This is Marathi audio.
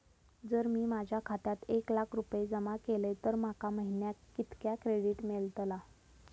जर मी माझ्या खात्यात एक लाख रुपये जमा केलय तर माका महिन्याक कितक्या क्रेडिट मेलतला?